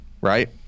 right